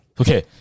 Okay